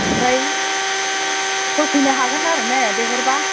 ओमफ्राय होफैनो हागोन आरोने बिहरबा